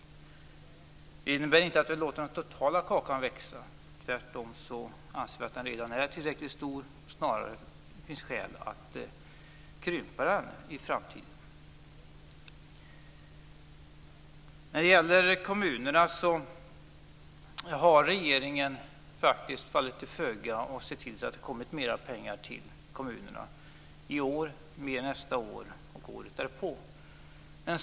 Det innebär inte att vi låter den totala kakan växa, tvärtom anser vi att den redan är tillräcklig stor. Snarare finns det skäl att krympa den i framtiden. När det gäller kommunerna har regeringen faktiskt fallit till föga och sett till att det kommit mera pengar till kommunerna i år, nästa år och året därpå.